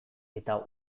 eta